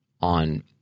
on